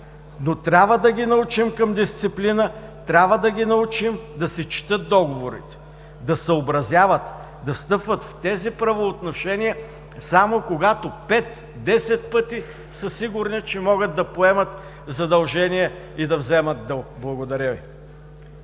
но трябва да ги научим към дисциплина, трябва да ги научим да си четат договорите, да съобразяват, да встъпват в тези правоотношения само когато пет, десет пъти са сигурни, че могат да поемат задължение и да вземат дълг. Благодаря Ви.